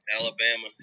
Alabama